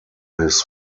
his